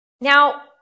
Now